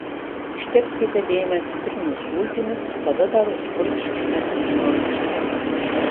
ištepkite dėmę citrinų sultimis tada dar užpurkškite vyno rūgšties